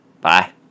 bye